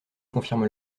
confirme